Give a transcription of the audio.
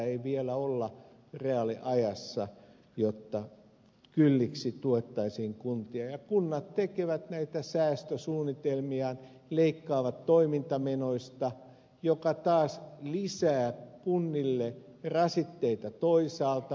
ei vielä olla reaaliajassa jotta kylliksi tuettaisiin kuntia ja kunnat tekevät näitä säästösuunnitelmiaan leikkaavat toimintamenoista mikä taas lisää kunnille rasitteita toisaalta